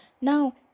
now